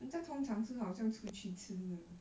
人家通常是好像出去吃的